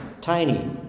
tiny